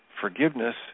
forgiveness